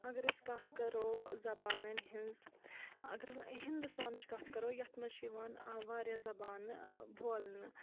اگر أسۍ کَتھ کَرو زبانن ہِنز اگر ہِندوستانٕچ کَتھ کَرو یَتھ منٛز چھِ یوان واریاہ زبانہٕ بولنہٕ